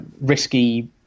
risky